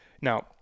Now